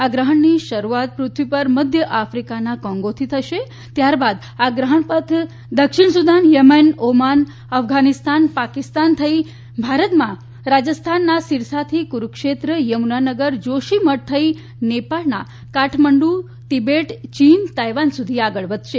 આ ગ્રહણની શરૂઆત પૃથ્વી પર મધ્ય આફિકાના કોંગો થી થશે ત્યાર બાદ આ ગ્રહણપથ દક્ષિણ Sudan Yemen Oman Afghanistan Pakistan થઇ ભારતમાં રાજસ્થાનના સિરસાથી કુરુક્ષેત્ર યમુનાનાગર જોશીમઠ થઈ નેપાળના કાઠમંડુ તિબેટ ચીન તાઇવાન સુધી આગળ વધશે